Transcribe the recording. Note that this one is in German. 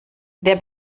der